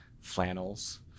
flannels